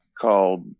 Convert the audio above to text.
called